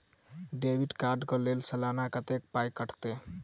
Debit card कऽ लेल सलाना कत्तेक पाई कटतै?